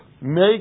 make